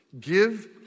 Give